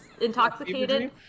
intoxicated